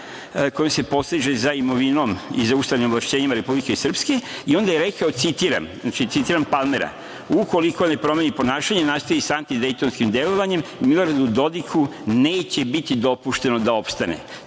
kojom se poseže za imovinom i za ustavnim ovlašćenjima Republike Srpske i onda je rekao, citiram Palmera: „Ukoliko ne promeni ponašanje, nastavi sa antidejtonskim delovanjem, Miloradu Dodiku neće biti dopušteno da opstane“.